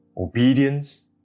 obedience